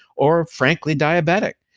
or frankly diabetic.